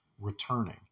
returning